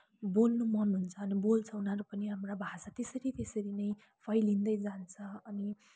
बोल्नु मन हुन्छ अनि बोल्छ उनीहरू पनि हाम्रो भाषा त्यसरी त्यसरी नै फैलिँदै जान्छ